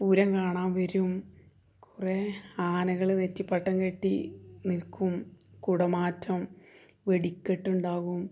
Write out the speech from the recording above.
പൂരം കാണാൻ വരും കുറേ ആനകള് നെറ്റിപ്പട്ടം കെട്ടി നിൽക്കും കുടമാറ്റം വെടിക്കെട്ടുണ്ടാവും